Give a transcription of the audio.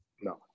No